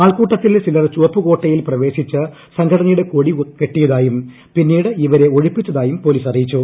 ആൾക്കൂട്ടത്തിൽ ചിലർ ചുവപ്പ് കോട്ടയിൽ പ്രവേശിച്ച് സംഘടനയുടെ കൊടി കെട്ടിയതായും പിന്നീട് ഇവരെ ഒഴിപ്പിച്ചതായും പൊലീസ് അറിയിച്ചു